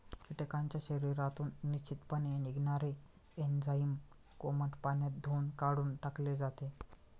कीटकांच्या शरीरातून निश्चितपणे निघणारे एन्झाईम कोमट पाण्यात धुऊन काढून टाकले जाते